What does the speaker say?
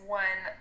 one